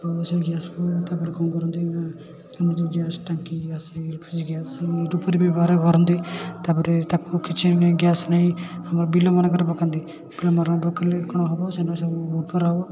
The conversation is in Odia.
ଏବଂ ସେଇ ଗ୍ୟାସ୍କୁ ତା'ପରେ କ'ଣ କରନ୍ତି ନା ଆମ ଯେଉଁ ଗ୍ୟାସ୍ ଟାଙ୍କି ଏଲ୍ ପି ଜି ଗ୍ୟାସ୍ ରୂପରେ ବ୍ୟବହାର କରନ୍ତି ତା'ପରେ ତାକୁ କିଛି ନେଇ ଗ୍ୟାସ୍ ନେଇ ଆମର ବିଲମାନଙ୍କରେ ପକାନ୍ତି ପକେଇଲେ କ'ଣ ହବ ସେ ନା ସବୁ ଉର୍ବର ହବ